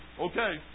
okay